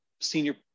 senior